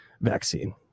vaccine